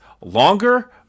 longer